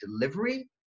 delivery